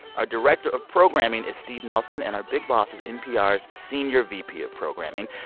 our director of programming is steve nelson. and our big boss is npr's senior vp of programming,